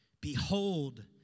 Behold